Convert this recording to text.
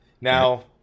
Now